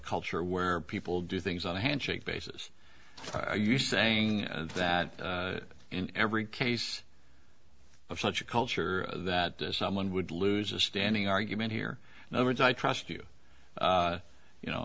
culture where people do things on a handshake basis are you saying that in every case of such a culture that someone would lose a standing argument here